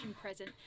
present